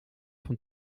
van